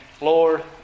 Lord